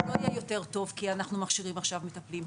הוא לא יהיה יותר טוב כי אנחנו מכשירים עכשיו מטפלים.